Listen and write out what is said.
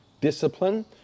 discipline